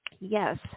Yes